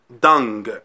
Dung